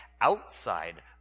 outside